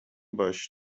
باش